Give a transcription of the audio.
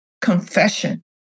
confession